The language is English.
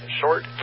short